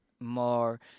more